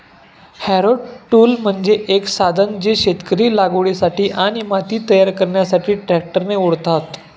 Harrow tool म्हणजे एक साधन जे शेतकरी लागवडीसाठी आणि माती तयार करण्यासाठी ट्रॅक्टरने ओढतात